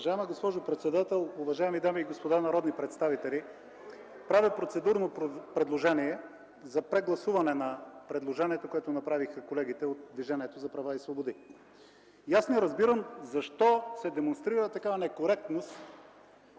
Уважаема госпожо председател, уважаеми дами и господа народни представители! Правя процедурно предложение за прегласуване на предложението, което направиха колегите от Движението за права и свободи. И аз не разбирам защо се демонстрира такава некоректност,